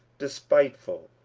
despiteful,